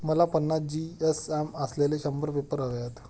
मला पन्नास जी.एस.एम असलेले शंभर पेपर हवे आहेत